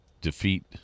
defeat